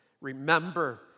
Remember